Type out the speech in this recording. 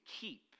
keep